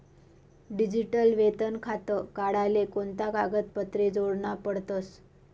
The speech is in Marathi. डिजीटल वेतन खातं काढाले कोणता कागदपत्रे जोडना पडतसं?